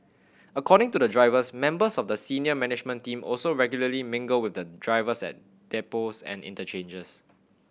according to the drivers members of the senior management team also regularly mingle with the drivers at depots and interchanges